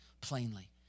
plainly